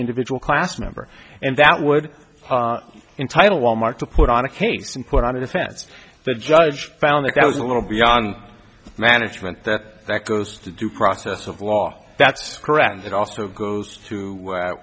individual class member and that would entitle wal mart to put on a case and put on a defense the judge found that that was a little beyond management that that goes to due process of law that's correct and it also goes to